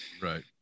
right